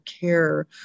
care